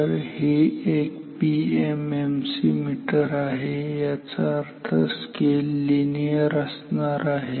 तर हे एक पीएमएमसी मीटर आहे याचा अर्थ स्केल लिनियर असणार आहे